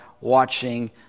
watching